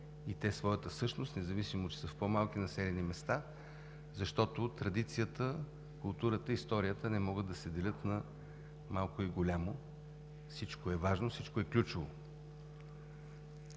и те своята същност, независимо че са в по-малки населени места. Защото традицията, културата и историята не могат да се делят на малки и големи – всичко е важно, всичко е ключово.